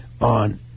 on